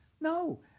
No